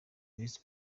visi